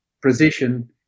precision